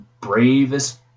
Bravest